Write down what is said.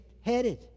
headed